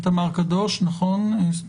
ותמר קדוש הסטודנטית,